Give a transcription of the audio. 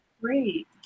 Great